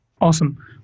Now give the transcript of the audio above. Awesome